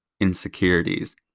insecurities